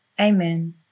amen